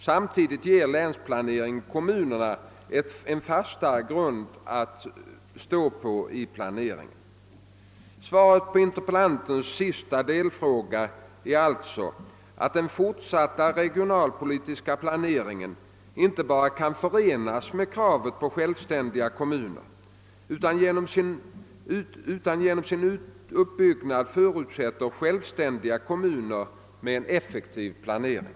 Samtidigt ger länsplaneringen kommunerna en fastare grund att stå på i planeringen. Svaret på interpellantens sista delfråga är alltså, att den fortsatta regionalpolitiska planeringen inte bara kan förenas med kravet på självständiga kommuner utan genom sin uppbyggnad förutsätter självständiga kommuner med en effektiv planering.